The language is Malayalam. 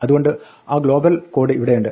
അതുകൊണ്ട് ആ ഗ്ലോബൽ കോഡ് ഇവിടെയുണ്ട്